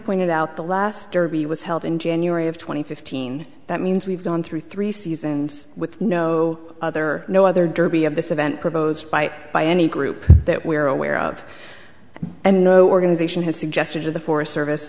pointed out the last derby was held in january of two thousand and fifteen that means we've gone through three seasons with no other no other derby of this event proposed by by any group that we're aware of and no organization has suggested to the forest service